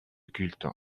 culte